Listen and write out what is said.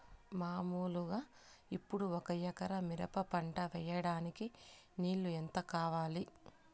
మామూలుగా ఇప్పుడు ఒక ఎకరా మిరప పంట వేయడానికి నీళ్లు ఎంత కావాలి?